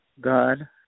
God